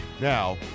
Now